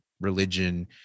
religion